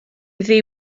ddi